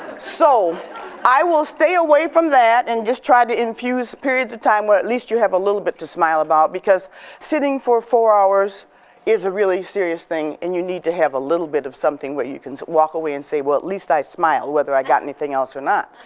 so i will stay away from that and just try to infuse periods of times where at least you have a little bit to smile about, because sitting for four hours is a really serious thing and you need to have a little bit of something where you can walk away and say well at least i smiled whether i got anything else or not.